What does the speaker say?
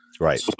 Right